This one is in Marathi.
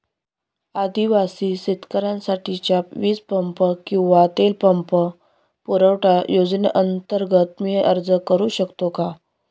आदिवासी शेतकऱ्यांसाठीच्या वीज पंप किंवा तेल पंप पुरवठा योजनेअंतर्गत मी अर्ज करू शकतो का?